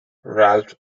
ralph